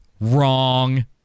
Wrong